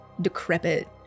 decrepit